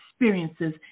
experiences